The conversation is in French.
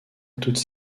toutes